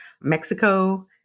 Mexico